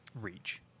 reach